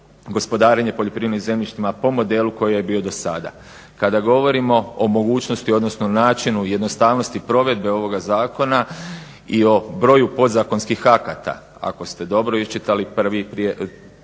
gospodarenje poljoprivrednim zemljištima po modelu koji je bio dosada. Kada govorimo o mogućnosti, odnosno načinu i jednostavnosti provedbe ovoga zakona i o broju podzakonskih akata ako ste dobro iščitali prvi prijedlog